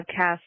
podcast